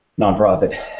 nonprofit